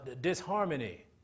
disharmony